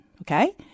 Okay